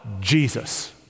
Jesus